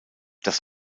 das